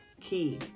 key